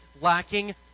lacking